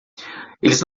eles